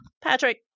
Patrick